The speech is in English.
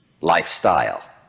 lifestyle